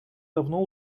давно